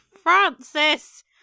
Francis